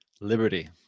Liberty